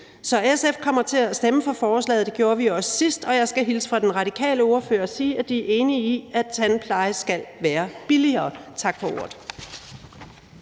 Så SF kommer til at stemme for forslaget. Det gjorde vi også sidst, og jeg skal hilse fra den radikale ordfører og sige, at de er enige i, at tandpleje skal være billigere. Tak for ordet.